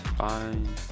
fine